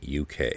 Uk